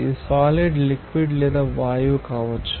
ఇది solid liquid లేదా వాయువు కావచ్చు